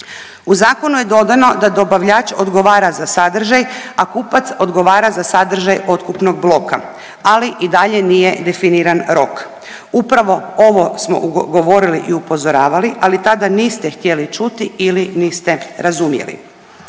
U zakonu je dodano da dobavljač odgovara za sadržaj, a kupac odgovora za sadržaj otkupnog bloka, ali i dalje nije definiran rok. Upravo ovo smo govorili i upozoravali, ali tada niste htjeli čuti ili niste razumjeli.